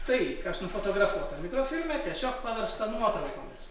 tai kas nufotografuota mikrofilme tiesiog paversta nuotraukomis